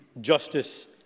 justice